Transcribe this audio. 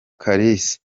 kalisa